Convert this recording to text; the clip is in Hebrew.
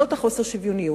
זה חוסר שוויוניות.